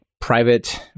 private